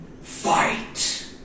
Fight